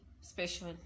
special